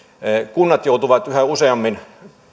kunnat joutuvat yhä useammin